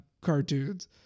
cartoons